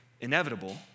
inevitable